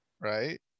Right